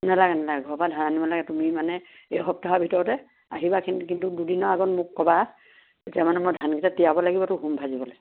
নালাগে নালাগে ঘৰৰপৰা ধান আনিব নালাগে তুমি মানে এই সপ্তাহৰ ভিতৰতে আহিবা কিন্তু দুদিনৰ আগত মোক ক'বা তেতিয়া মানে মই ধানকেইটা তিয়াব লাগিবতো হুৰুম ভাজিবলৈ